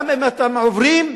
גם אם אתם עוברים,